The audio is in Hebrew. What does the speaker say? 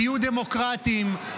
תהיו דמוקרטים,